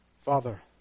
Father